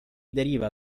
deriva